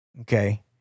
Okay